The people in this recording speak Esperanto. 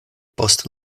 post